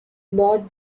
both